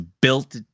built